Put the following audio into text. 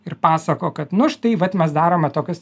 ir pasako kad nu štai vat mes darome tokias